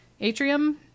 atrium